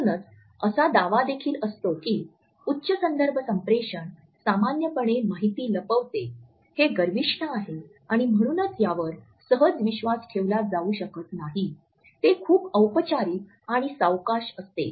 म्हणूनच असा दावा देखील असते की उच्च संदर्भ संप्रेषण सामान्यपणे माहिती लपवते हे गर्विष्ठ आहे म्हणूनच यावर सहज विश्वास ठेवला जाऊ शकत नाही ते खूप औपचारिक आणि सावकाश असते